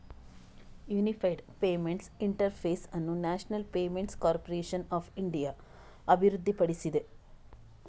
unified payments interface ಅನ್ನು national payments corporation of India ಅಭಿವೃದ್ಧಿಪಡಿಸಿದೆ